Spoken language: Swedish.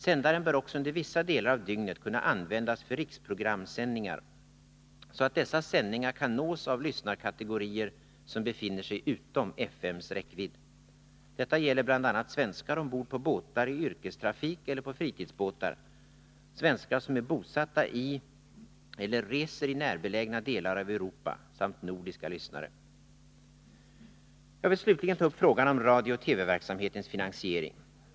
Sändaren bör också under vissa delar av dygnet kunna användas för riksprogramsändningar, så att dessa sändningar kan nås av lyssnarkategorier som befinner sig utom FM:s räckvidd. Detta gäller bl.a. svenskar ombord på båtar i yrkestrafik eller på fritidsbåtar, svenskar som är bosatta i eller reser i närbelägna delar av Europa samt nordiska lyssnare. Jag vill slutligen ta upp frågan om radiooch TV-verksamhetens finansiering.